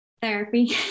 Therapy